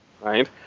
Right